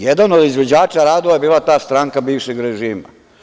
Jedan od izvođača radova je bila ta stranka bivšeg režima.